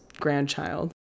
grandchild